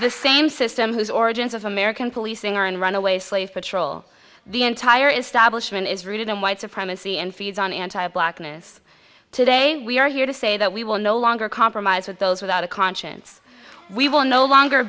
the same system whose origins of american policing are in runaway slave patrol the entire establishment is rooted in white supremacy and feeds on anti blackness today we are here to say that we will no longer compromise with those without a conscience we will no longer